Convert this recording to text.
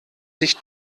sich